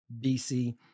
BC